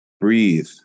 breathe